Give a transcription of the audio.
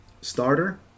Starter